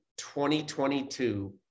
2022